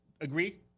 Agree